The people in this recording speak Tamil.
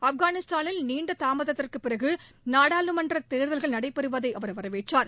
ஆப்கானிஸ்தானில் நீண்ட தாமதத்திற்கு பிறகு நாடாளுமன்ற தேர்தல்கள் நடைபெறுவதை அவர் வரவேற்றார்